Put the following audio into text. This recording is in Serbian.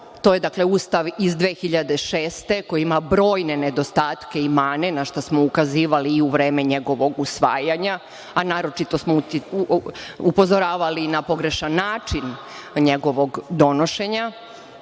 To je, dakle, Ustav iz 2006. godine, koji ima brojne nedostatke i mane, na šta smo ukazivali i u vreme njegovog usvajanja, a naročito smo upozoravali na pogrešan način njegovog donošenja.